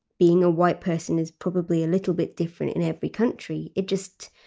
being a white person is probably a little bit different in every country. it just